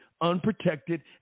unprotected